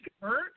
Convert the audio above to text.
hurt